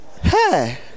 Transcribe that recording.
Hey